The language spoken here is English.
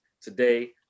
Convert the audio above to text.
today